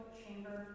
chamber